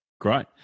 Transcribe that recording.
great